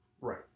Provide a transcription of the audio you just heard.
Right